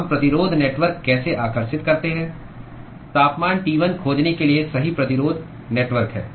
हम प्रतिरोध नेटवर्क कैसे आकर्षित करते हैं तापमान T1 खोजने के लिए सही प्रतिरोध नेटवर्क है